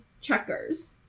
Checkers